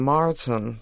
Martin